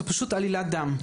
זו פשוט עלילת דם,